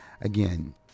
again